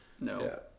No